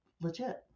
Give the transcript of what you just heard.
legit